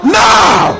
now